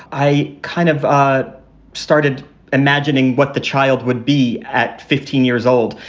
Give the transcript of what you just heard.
i kind of ah started imagining what the child would be at fifteen years old.